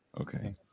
Okay